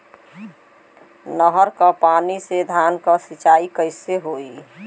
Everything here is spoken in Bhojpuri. नहर क पानी से धान क सिंचाई कईसे होई?